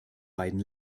beiden